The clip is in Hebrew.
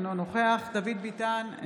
אינו נוכח דוד ביטן,